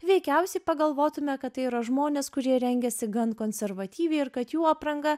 veikiausiai pagalvotume kad tai yra žmonės kurie rengėsi gan konservatyviai ir kad jų apranga